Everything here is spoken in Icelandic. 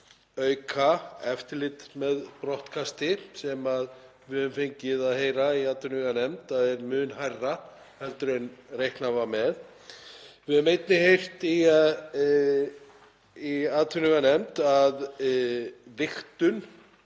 auka eftirlit með brottkasti sem við höfum fengið að heyra í atvinnuveganefnd að er mun hærra en reiknað var með. Við höfum einnig heyrt í atvinnuveganefnd að vigtun